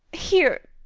here,